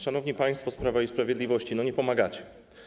Szanowni państwo z Prawa i Sprawiedliwości, nie pomagacie.